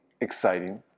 exciting